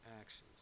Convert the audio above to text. actions